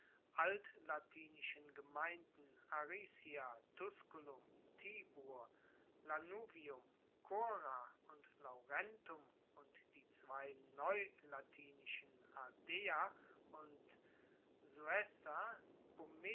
altlatinischen gemeinden aricia tusculum tibur lanuvium cora und laurentum und die zwei neulatinischen ardea und